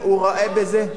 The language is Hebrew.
טען נגד האמירה של אסון